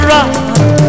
Rock